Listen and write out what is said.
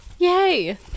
Yay